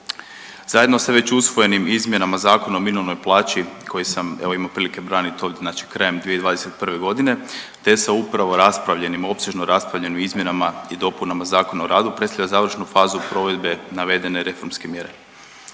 Zajedno sa već usvojenim izmjenama zakona o .../Govornik se ne razumije./... koji sam evo imao prilike braniti ovdje, znači krajem 2021. g., te sa upravo raspravljenim, opsežno raspravljenim izmjenama i dopunama Zakona o radu, predstavlja završnu fazu provedbe navedene reformske mjere.